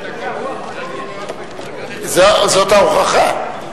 זאת ההוכחה.